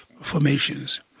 formations